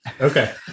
Okay